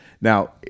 Now